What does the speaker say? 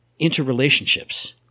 interrelationships